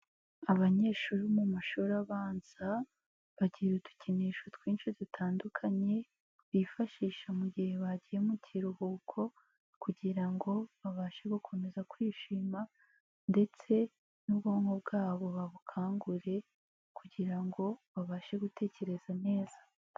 Abanyeshuri bo mu mashuri abanza bagira udukinisho twinshi dutandukanye, bifashisha mu gihe bagiye mu kiruhuko, kugira ngo babashe gukomeza kwishima ndetse n'ubwonko bwabo babukangure kugira ngo babashe gutekereza neza.